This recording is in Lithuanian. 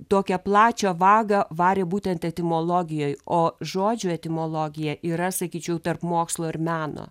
tokią plačią vagą varė būtent etimologijoj o žodžių etimologija yra sakyčiau tarp mokslo ir meno